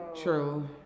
True